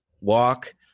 walk